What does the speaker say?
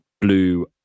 Blue